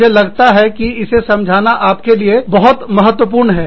मुझे लगता है कि इसे समझना आपके लिए बहुत महत्वपूर्ण है